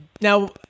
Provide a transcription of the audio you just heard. now